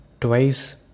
twice